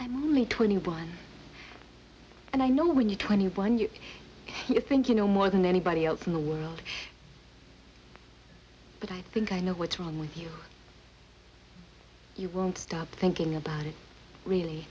i'm only twenty one and i know when you're twenty one you think you know more than anybody else in the world but i think i know what's wrong with you you won't stop thinking about it really